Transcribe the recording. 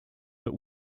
but